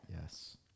Yes